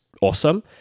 awesome